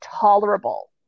tolerable